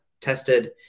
tested